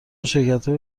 شرکتهای